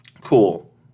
cool